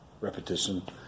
repetition